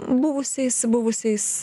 buvusiais buvusiais